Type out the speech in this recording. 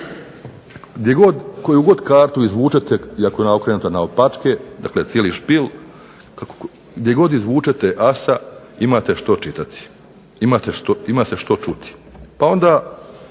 koju god kartu izvučete i ako je ona okrenuta naopačke, dakle cijeli špil, gdje god izvučete asa ima se što čuti. Pa onda